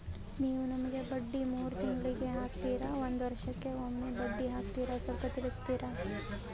ನೀವು ನಮಗೆ ಬಡ್ಡಿ ಮೂರು ತಿಂಗಳಿಗೆ ಹಾಕ್ತಿರಾ, ಒಂದ್ ವರ್ಷಕ್ಕೆ ಒಮ್ಮೆ ಬಡ್ಡಿ ಹಾಕ್ತಿರಾ ಸ್ವಲ್ಪ ತಿಳಿಸ್ತೀರ?